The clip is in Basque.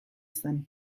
zen